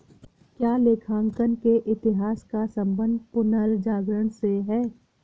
क्या लेखांकन के इतिहास का संबंध पुनर्जागरण से है?